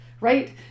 right